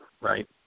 right